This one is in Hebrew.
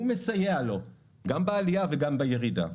הוא מסייע לו גם בעלייה וגם בירידה.